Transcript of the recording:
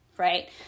right